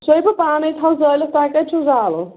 سۅے بہٕ پانَے تھاو زٲلِتھ تۄہہِ کَتہِ چھُو زالُن